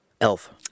Elf